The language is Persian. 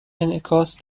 انعکاس